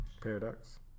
paradox